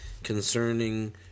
Concerning